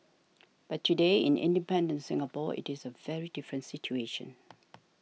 but today in independent Singapore it is a very different situation